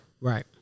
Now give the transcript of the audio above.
Right